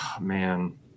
man